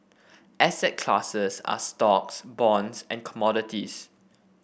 asset classes are stocks bonds and commodities